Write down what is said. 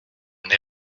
n’ai